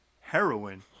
heroin